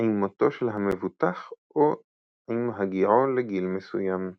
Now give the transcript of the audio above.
עם מותו של המבוטח או עם הגיעו לגיל מסוים.